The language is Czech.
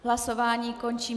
Hlasování končím.